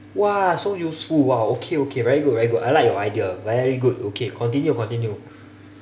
!wah! so useful !wah! okay okay very good very good I like your idea very good okay continue continue